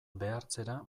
behartzera